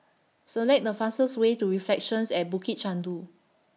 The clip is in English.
Select The fastest Way to Reflections At Bukit Chandu